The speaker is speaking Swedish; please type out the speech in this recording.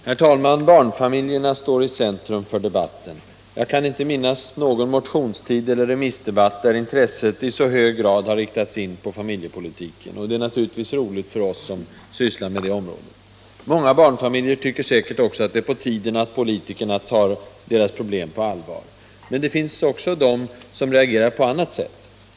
Herr talman! Barnfamiljerna står i centrum för debatten. Jag kan inte minnas någon motionstid eller remissdebatt där intresset i så hög grad Allmänpolitisk debatt debatt 50 har riktats in på familjepolitiken. Det är naturligtvis roligt för oss som sysslar med det området. Många barnfamiljer tycker säkert att det är på tiden att politikerna tar deras problem på allvar. Men det finns också de som reagerar på annat sätt.